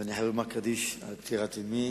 ואני חייב לומר קדיש על אמי.